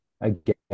again